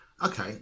Okay